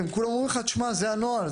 הם כולם אומרים לך: זה הנוהל.